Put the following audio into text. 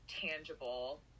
tangible